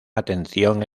atención